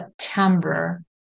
September